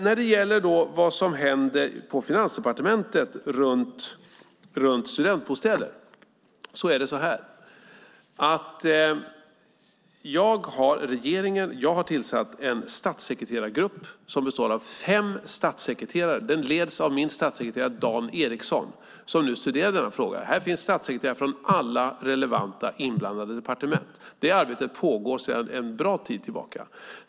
När det gäller vad som händer på Finansdepartementet i fråga om studentbostäder har jag tillsatt en statssekreterargrupp som består av fem statssekreterare. Den leds av min statssekreterare Dan Ericsson, som nu studerar denna fråga. Här finns statssekreterare från alla relevanta inblandade departement. Det arbetet pågår sedan en bra tid tillbaka.